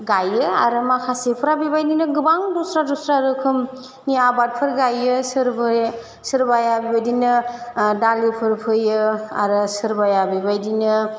गायो आरो माखासेफ्रा बेबायदिनो गोबां दस्रा दस्रा रोखोमनि आबादफोर गायो सोरबोये सोरबाया बेबायदिनो दालिफोर फोयो आरो सोरबाया बेबायदिनो